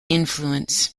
influence